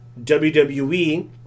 WWE